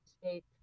state